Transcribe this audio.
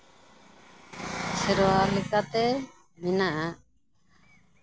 ᱥᱮᱨᱣᱟ ᱞᱮᱠᱟᱛᱮ ᱢᱮᱱᱟᱜᱼᱟ